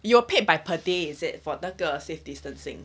you are paid by per day is it for 那个 safe distancing